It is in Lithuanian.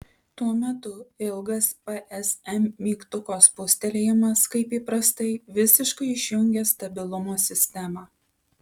tuo metu ilgas psm mygtuko spustelėjimas kaip įprastai visiškai išjungia stabilumo sistemą